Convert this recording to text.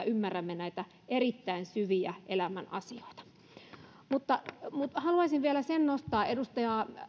ymmärrämme näitä erittäin syviä elämän asioita haluaisin vielä yhden asian nostaa edustaja